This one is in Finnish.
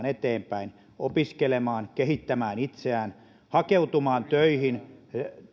eteenpäin opiskelemaan kehittämään itseään hakeutumaan töihin